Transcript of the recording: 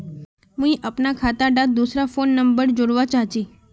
मुई अपना खाता डात दूसरा फोन नंबर जोड़वा चाहची?